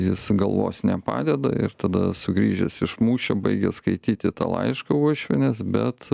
jis galvos nepadeda ir tada sugrįžęs iš mūšio baigia skaityti tą laišką uošvienės bet